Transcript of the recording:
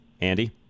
Andy